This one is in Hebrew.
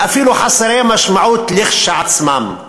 ואפילו חסרי משמעות כשלעצמם,